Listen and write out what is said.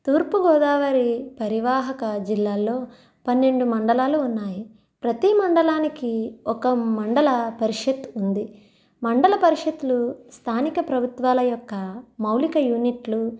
తూర్పుగోదావరి పరివాహక జిల్లాల్లో పన్నెండు మండలాలు ఉన్నాయి ప్రతి మండలానికి ఒక మండల పరిషత్ ఉంది మండల పరిషత్తులు స్థానిక ప్రభుత్వాల యొక్క మౌలిక యూనిట్లు